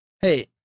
Hey